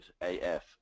AF